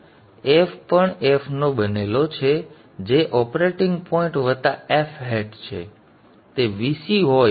તેથી f પણ f નો બનેલો છે જે ઓપરેટિંગ પોઇન્ટ વત્તા f હેટ છે